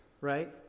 right